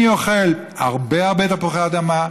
אני אוכל הרבה הרבה תפוחי אדמה,